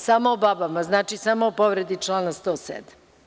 Samo o babama, znači samo o povredi člana 107.